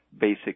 basic